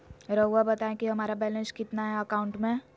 रहुआ बताएं कि हमारा बैलेंस कितना है अकाउंट में?